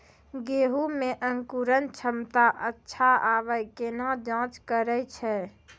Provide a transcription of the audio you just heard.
गेहूँ मे अंकुरन क्षमता अच्छा आबे केना जाँच करैय छै?